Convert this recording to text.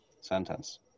sentence